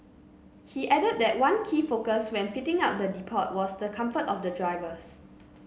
he added that one key focus when fitting out the depot was the comfort of the drivers